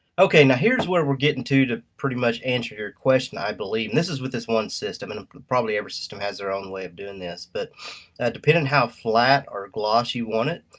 okay, now here's where we're getting to to pretty much answer your question, i believe. and this is with this one system, and probably every system has their own way of doing this. but depending how flat or gloss you want it,